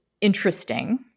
interesting